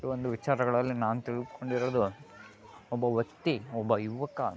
ಈ ಒಂದು ವಿಚಾರಗಳಲ್ಲಿ ನಾನು ತಿಳ್ಕೊಂಡಿರೋದು ಒಬ್ಬ ವ್ಯಕ್ತಿ ಒಬ್ಬ ಯುವಕ